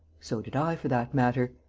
so did i, for that matter.